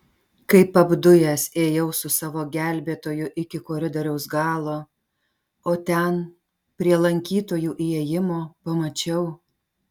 kaip apdujęs ėjau su savo gelbėtoju iki koridoriaus galo o ten prie lankytojų įėjimo pamačiau